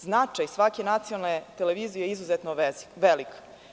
Značaj svake nacionalne televizije je izuzetno velik.